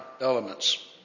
elements